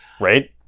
right